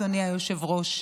אדוני היושב-ראש,